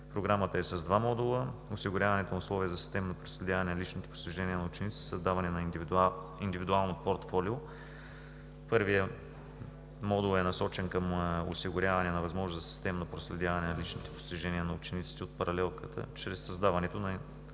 Програмата е с два модула: осигуряването на условия за системно проследяване на личните постижения на учениците и създаване на индивидуално портфолио. Първият модул е насочен към осигуряване на възможност за системно проследяване на личните постижения на учениците от паралелката чрез създаването на